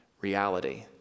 reality